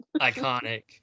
Iconic